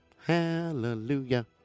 Hallelujah